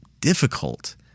difficult